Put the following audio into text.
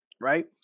right